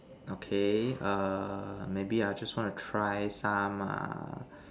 okay err maybe I just want to try some uh